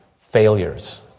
failures